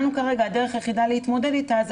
שהדרך היחידה שלנו כרגע להתמודד איתה היא